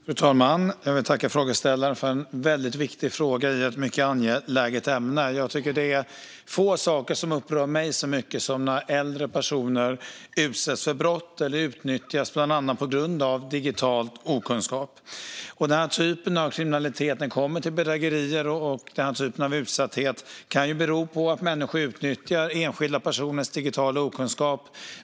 Fru talman! Jag vill tacka frågeställaren för en väldigt viktig fråga i ett mycket angeläget ämne. Det är få saker som upprör mig så mycket som när äldre personer utsätts för brott eller utnyttjas, bland annat på grund av digital okunskap. Utsattheten för den här typen av kriminalitet och bedrägerier kan bero på att människor utnyttjar enskilda personers digitala okunskap.